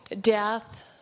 death